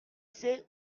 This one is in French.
sait